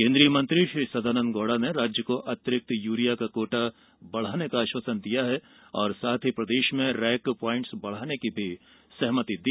केन्द्रीय मंत्री श्री सदानंद गौड़ा ने राज्य को अतिरिक्त यूरिया का कोटा बढ़ाने का आश्वासन दिया और साथ ही प्रदेश में रैक प्वाइंट्स बढ़ाने की सहमति दी